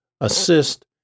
assist